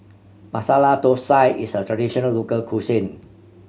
Masala Thosai is a traditional local cuisine